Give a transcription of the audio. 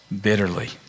bitterly